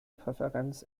präferenz